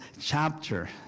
chapter